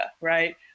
right